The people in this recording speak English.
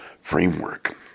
framework